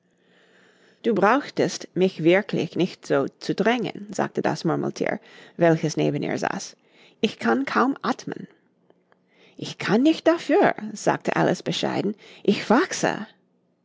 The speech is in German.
du brauchtest mich wirklich nicht so zu drängen sagte das murmelthier welches neben ihr saß ich kann kaum athmen ich kann nicht dafür sagte alice bescheiden ich wachse